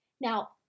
Now